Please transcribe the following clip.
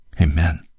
Amen